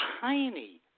tiny